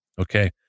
Okay